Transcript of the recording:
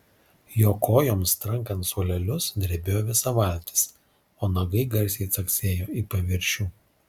jo kojoms trankant suolelius drebėjo visa valtis o nagai garsiai caksėjo į paviršių